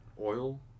Oil